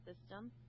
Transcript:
system